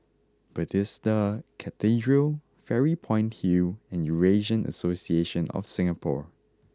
Bethesda Cathedral Fairy Point Hill and Eurasian Association of Singapore